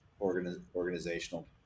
organizational